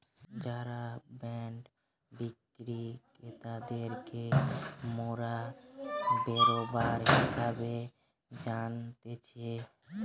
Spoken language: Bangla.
যারা বন্ড বিক্রি ক্রেতাদেরকে মোরা বেরোবার হিসেবে জানতিছে